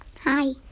Hi